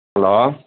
hello